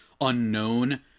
unknown